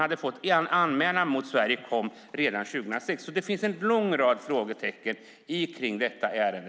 Anmälan mot Sverige kom redan 2006. Det finns fortfarande en lång rad frågetecken i detta ärende.